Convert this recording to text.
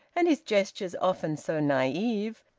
and his gestures often so naive,